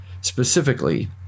Specifically